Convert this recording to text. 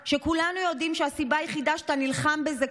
כולנו יודעים שהסיבה היחידה שאתה נלחם בזה כל